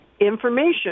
information